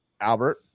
Albert